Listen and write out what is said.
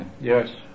Yes